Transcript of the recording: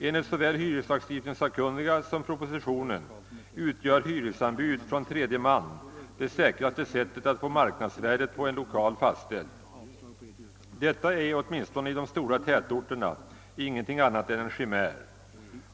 Enligt såväl hyreslagstiftningssakkunniga som propositionen utgör hyresanbud från tredje man det säkraste sättet att få marknadsvärdet på en lokal fastställt. Detta är, åtminstone i de stora tätorterna, ingenting annat än en chimär.